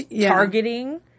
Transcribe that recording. targeting